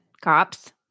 Cops